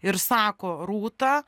ir sako rūta